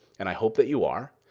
and i hope that you are,